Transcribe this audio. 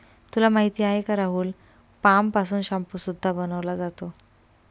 तुला माहिती आहे का राहुल? पाम पासून शाम्पू सुद्धा बनवला जातो